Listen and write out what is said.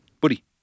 buddy